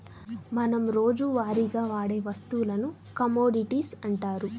మనం రోజువారీగా వాడే వస్తువులను కమోడిటీస్ అంటారు